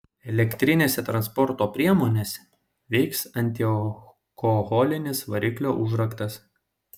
elektrinėse transporto priemonėse veiks antialkoholinis variklio užraktas